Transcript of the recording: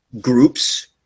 groups